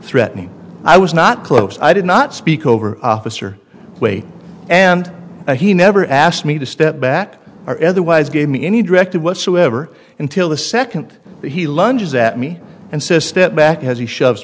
threatening i was not close i did not speak over a certain way and he never asked me to step back or otherwise gave me any directive whatsoever until the second he lunges at me and says step back as he shoves